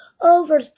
over